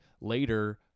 later